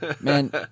man